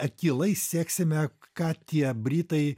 akylai seksime ką tie britai